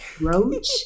roach